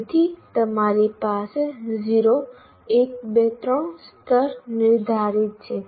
તેથી તમારી પાસે 0 1 2 3 સ્તર નિર્ધારિત છે